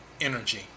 energy